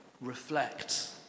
reflect